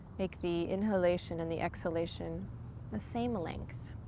make the inhalation and the exhalation the same length.